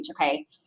Okay